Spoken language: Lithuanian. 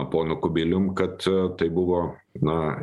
ponu kubilium kad tai buvo na